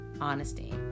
honesty